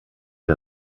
der